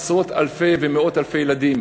עשרות אלפי ומאות אלפי ילדים,